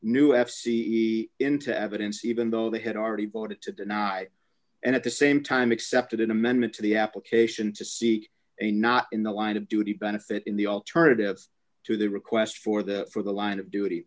new f c e into evidence even though they had already voted to deny and at the same time accepted an amendment to the application to see a not in the line of duty benefit in the alternatives to the request for the for the line of duty